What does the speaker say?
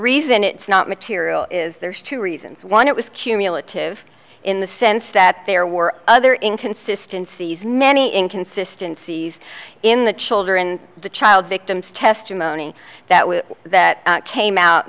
reason it's not material is there's two reasons one it was cumulative in the sense that there were other in consistencies many inconsistency in the children the child victims testimony that was that came out